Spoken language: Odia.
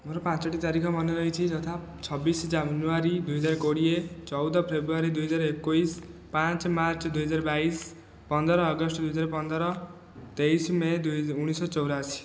ମୋର ପାଞ୍ଚୋଟି ତାରିଖ ମନେ ରହିଛି ଯଥା ଛବିଶ ଜାନୁଆରୀ ଦୁଇହଜାର କୋଡ଼ିଏ ଚଉଦ ଫେବୃଆରୀ ଦୁଇହଜାର ଏକୋଇଶ ପାଞ୍ଚ ମାର୍ଚ୍ଚ ଦୁଇହଜାର ବାଇଶ ପନ୍ଦର ଅଗଷ୍ଟ ଦୁଇହଜାର ପନ୍ଦର ତେଇଶ ମେ' ଉଣେଇଶହ ଚଉରାଅଶୀ